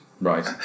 Right